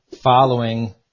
following